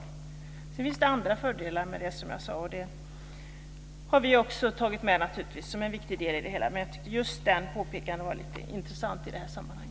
Sedan finns det andra fördelar med det, som jag sade, och det har vi också tagit med som en viktig del i det hela. Men jag tycker att just detta påpekande var lite intressant i detta sammanhang.